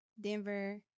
Denver